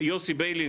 יוסי ביילין,